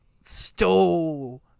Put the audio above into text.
stole